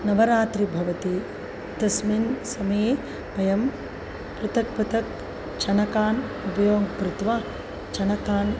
नवरात्रिः भवति तस्मिन् समये वयं पृ पृथक् पृथक् चणकान् उपयोगं कृत्वा चणकान्